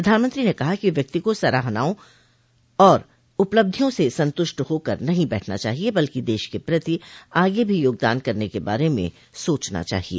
प्रधानमंत्री ने कहा कि व्यक्ति को सराहनाओं और उपलब्धियों से संतुष्ट होकर नहीं बैठना चाहिए बल्कि देश के प्रति आगे भी योगदान करने के बारे में सोचना चाहिए